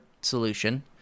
solution